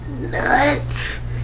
nuts